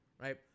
Right